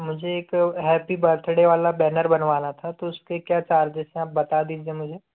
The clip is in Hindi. मुझे एक हैप्पी बर्थडे वाला बैनर बनवाना था तो उसके क्या चार्जेस है आप बता दीजिए मुझे